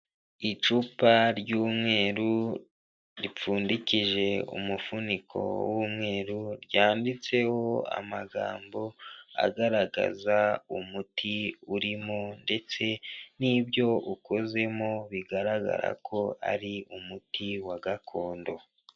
Icupa ry'umweru ripfundikije umufuniko w'umweru ryanditseho amagambo agaragaza umuti urimo ndetse n'ibyo ukozemo bigaragara ko ari umuti wa gakondo.